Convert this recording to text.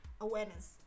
awareness